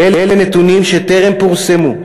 ואלה נתונים שטרם פורסמו,